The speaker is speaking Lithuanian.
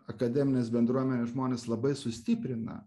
akademinės bendruomenės žmonės labai sustiprina